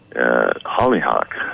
Hollyhock